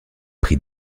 prix